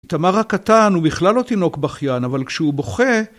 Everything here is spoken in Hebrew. איתמר הקטן, הוא בכלל לא תינוק בכיין, אבל כשהוא בוכה...